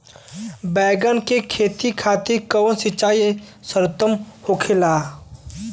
बैगन के खेती खातिर कवन सिचाई सर्वोतम होखेला?